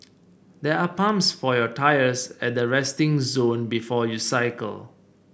there are pumps for your tyres at the resting zone before you cycle